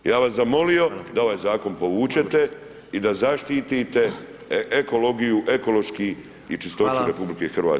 Ja bih vas zamolio da ovaj zakon povučete i da zaštite ekologiju, ekološki i čistoću RH.